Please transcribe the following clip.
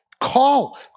call